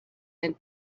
and